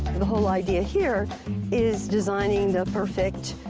the whole idea here is designing the perfect,